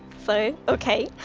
so ok,